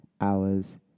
hours